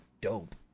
dope